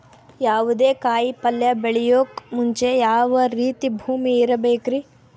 ಯಾವುದೇ ಕಾಯಿ ಪಲ್ಯ ಬೆಳೆಯೋಕ್ ಮುಂಚೆ ಯಾವ ರೀತಿ ಭೂಮಿ ಇರಬೇಕ್ರಿ?